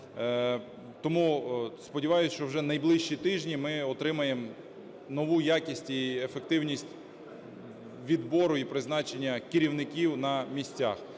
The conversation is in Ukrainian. Тому сподіваюсь, що вже найближчі тижні ми отримаємо нову якість і ефективність відбору і призначення керівників на місцях